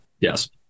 Yes